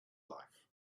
life